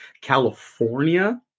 California